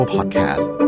Podcast